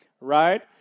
right